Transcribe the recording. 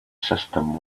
system